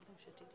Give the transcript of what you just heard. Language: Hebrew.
עזרתו.